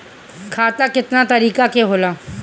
खाता केतना तरीका के होला?